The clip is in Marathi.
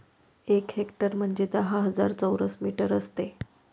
एक हेक्टर म्हणजे दहा हजार चौरस मीटर असते